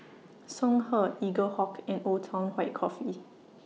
Songhe Eaglehawk and Old Town White Coffee